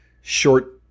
short